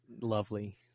lovely